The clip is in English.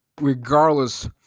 regardless